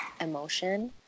emotion